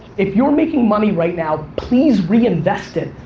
if you're making money right now, please re-invest it.